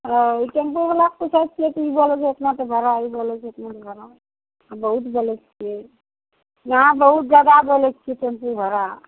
हँ ई टेम्पूवलाके पूछै छिए कि ई बोलै छै एतनाके भाड़ा ई बोलै छै एतनाके भाड़ा बहुत बोलै छिए अहाँ बहुत जादा बोलै छिए टेम्पू भाड़ा